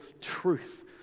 truth